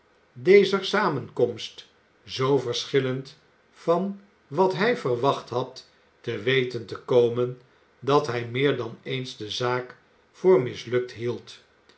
dezer samenkomst zoo verschillend van wat hij verwacht had te weten te komen dat hij meer dan eens de zaak voor mislukt hield